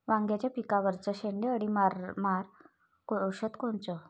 वांग्याच्या पिकावरचं शेंडे अळी मारनारं औषध कोनचं?